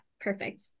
perfect